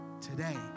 today